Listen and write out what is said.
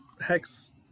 Hex